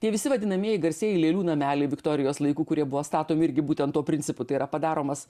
tie visi vadinamieji garsieji lėlių nameliai viktorijos laikų kurie buvo statomi irgi būtent tuo principu tai yra padaromas